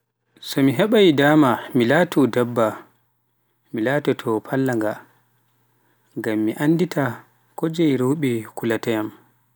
So me heɓai dama mi laato ɗabba, mi lataato Pallanga, ngam mi anndita ko jey rewɓe kula ta yam.